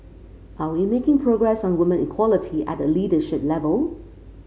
are we making progress on women equality at the leadership level